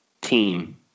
team